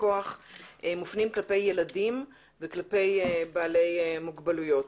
בכוח מופנים כלפי ילדים וכלפי בעלי מוגבלויות.